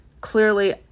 clearly